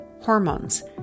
hormones